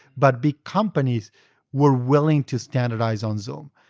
but big companies were willing to standardize on zoom.